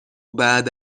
بعد